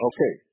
Okay